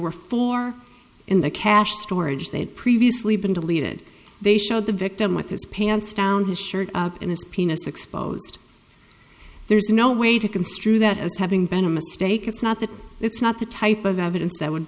were four in the cache storage they had previously been deleted they showed the victim with his pants down his shirt and his penis exposed there's no way to construe that as having been a mistake it's not that it's not the type of evidence that would